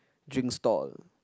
drinks stall